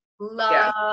love